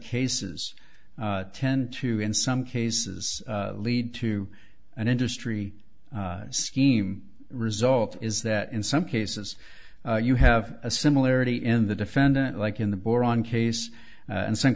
cases tend to in some cases lead to an industry scheme result is that in some cases you have a similarity in the defendant like in the boron case and some